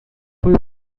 foi